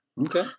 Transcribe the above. okay